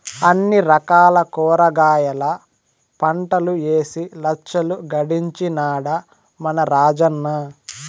అన్ని రకాల కూరగాయల పంటలూ ఏసి లచ్చలు గడించినాడ మన రాజన్న